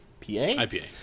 IPA